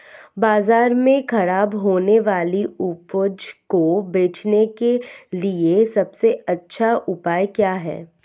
बाजार में खराब होने वाली उपज को बेचने के लिए सबसे अच्छा उपाय क्या है?